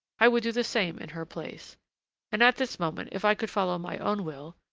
i would do the same in her place and at this moment, if i could follow my own will,